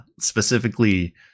specifically